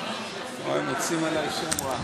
הם מוציאים עלי שם רע.